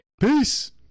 peace